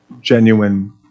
genuine